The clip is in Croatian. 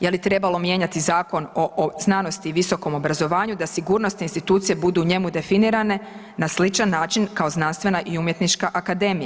Je li trebalo mijenjati Zakon o znanosti i visokom obrazovanju da sigurnosne institucije budu u njemu definirane na sličan način kao znanstvena i umjetnička akademija?